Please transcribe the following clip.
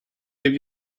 give